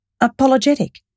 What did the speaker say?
apologetic